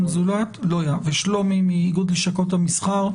זולת ושלומי לויה מאיגוד לשכות המסחר.